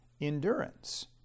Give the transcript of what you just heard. endurance